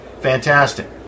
Fantastic